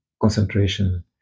concentration